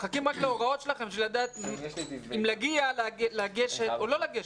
מחכים רק להוראות שלכם בשביל לדעת אם לגשת או לא לגשת.